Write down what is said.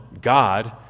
God